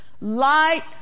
Light